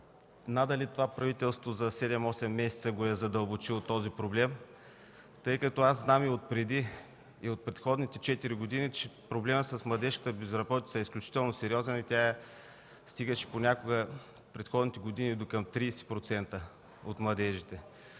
надали това правителство за седем-осем месеца го е задълбочило този проблем, тъй като аз знам и отпреди, от предходните четири години, че проблемът с младежката безработица е изключително сериозен. Тя стигаше понякога в предходните години до към 30% от младежите,